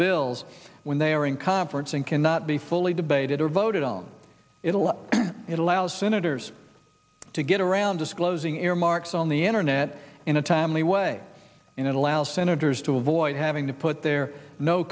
bills when they are in conference and cannot be fully debated or voted on it allows it allows senators to get around disclosing earmarks on the internet in a timely way and it allows senators to avoid having to put their no